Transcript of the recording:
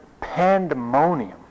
Pandemonium